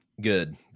Good